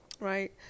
Right